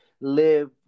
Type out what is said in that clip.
live